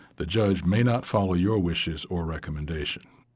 the judge may not follow your wishes or recommendation.